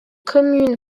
communes